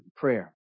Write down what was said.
prayer